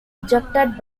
rejected